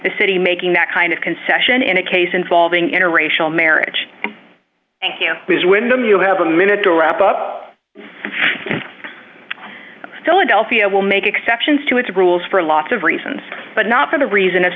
the city making that kind of concession in a case involving interracial marriage thank you ms windham you have a minute to wrap up philadelphia will make exceptions to its rules for lots of reasons but not for the reason of